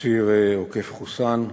לציר עוקף-חוסאן.